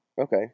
Okay